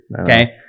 Okay